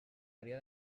maria